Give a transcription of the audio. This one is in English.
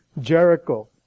Jericho